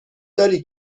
داری